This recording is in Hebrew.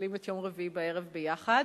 מבלים את יום רביעי בערב ביחד.